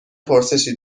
پرسشی